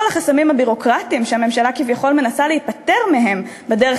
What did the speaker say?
כל החסמים הביורוקרטיים שהממשלה כביכול מנסה להיפטר מהם בדרך